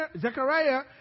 Zechariah